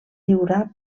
lliurar